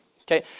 Okay